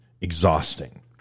exhausting